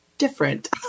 different